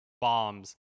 bombs